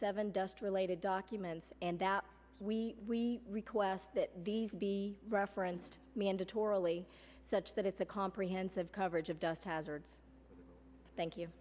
seven dust related documents and that we request that the be referenced mandatorily such that it's a comprehensive coverage of dust hazards thank